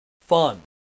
fun